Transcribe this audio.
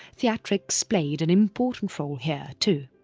theatrics played an important role here too.